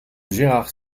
gérard